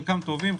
חלקם טובים,